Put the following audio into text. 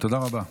תודה רבה.